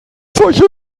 solche